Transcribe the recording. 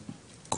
ובפרטי.